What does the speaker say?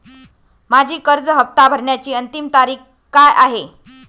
माझी कर्ज हफ्ता भरण्याची अंतिम तारीख काय आहे?